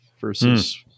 versus